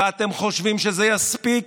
ואתם חושבים שזה יספיק?